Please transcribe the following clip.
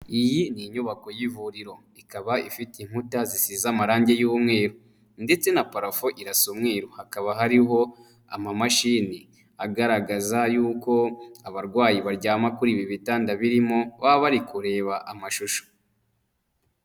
Iyi ni inyubako y'ivuriro ikaba ifite inkuta zisize amarangi y'umweru, ndetse na paraco irasa umweru hakaba hariho amamashini agaragaza y'uko abarwayi baryama kuri ibi bitanda birimo baba bari kureba amashusho.